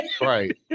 Right